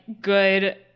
good